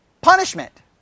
Punishment